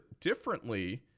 differently